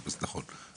נכון.